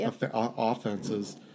offenses